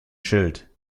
schild